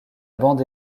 bande